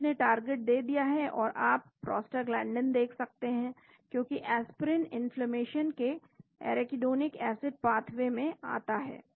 तो इसने टारगेट दे दिया है और आप प्रोस्टाग्लैंडीन देख सकते हैं क्योंकि एस्पिरिन इन्फ्लेमेशन के एराकिडोनिक एसिड पाथवे में आता है